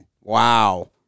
Wow